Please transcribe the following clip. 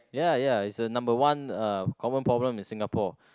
ya ya is the number one uh common problem in Singapore